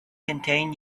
contain